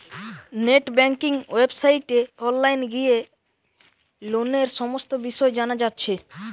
net banking ওয়েবসাইটে online গিয়ে লোনের সমস্ত বিষয় জানা যাচ্ছে